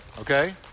Okay